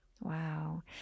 Wow